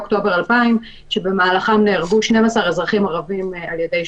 אוקטובר 2000 שבמהלכם נהרגו 12 אזרחים ערבים על ידי שוטרים.